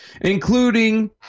including